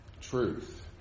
truth